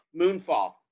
Moonfall